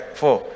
four